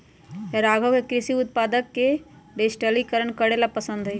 राघव के कृषि उत्पादक के डिजिटलीकरण करे ला पसंद हई